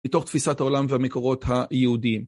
לתוך תפיסת העולם והמקורות היהודיים.